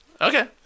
Okay